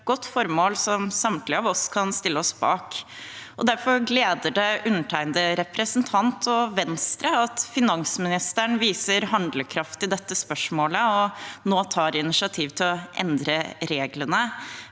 et godt formål som samtlige av oss kan stille seg bak. Derfor gleder det undertegnede representant og Venstre at finansministeren viser handlekraft i dette spørsmålet og nå tar initiativ til å endre reglene.